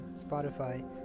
Spotify